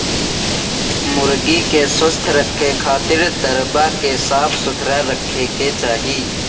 मुर्गी के स्वस्थ रखे खातिर दरबा के साफ सुथरा रखे के चाही